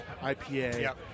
IPA